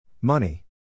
money